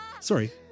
sorry